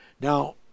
Now